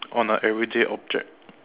on a everyday object